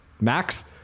Max